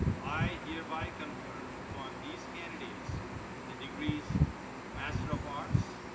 i hereby confer upon these candidates the degrees master of arts,